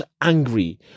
angry